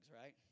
right